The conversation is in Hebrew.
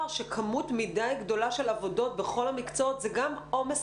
שכמות מדי גדולה של עבודות בכל המקצועות זה גם כרגע עומס